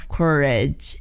courage